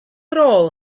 rôl